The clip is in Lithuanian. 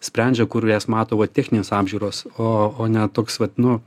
sprendžia kur jas mato va techninės apžiūros o o ne toks vat nu